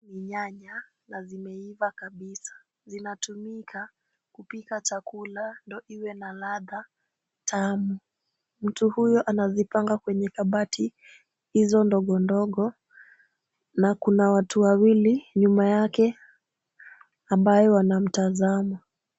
Ni nyanya na zimeiva kabisa, zinatumika kupika chakula ndio iwe na ladha tamu. Mtu huyu anazipanga kwenye kabati hizo ndogo ndogo na kuna watu wawili nyuma yake ambayo wanamtazama.